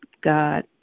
God